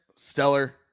Stellar